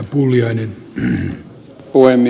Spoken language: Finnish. arvoisa puhemies